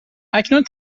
اکنون